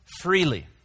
freely